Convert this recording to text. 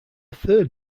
third